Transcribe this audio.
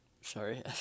Sorry